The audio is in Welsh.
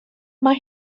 mae